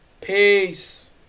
peace